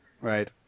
Right